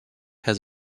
has